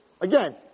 Again